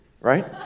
right